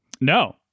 No